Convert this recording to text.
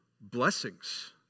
blessings